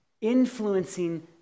influencing